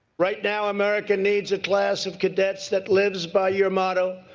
right now, america needs a class of cadets that lives by your motto,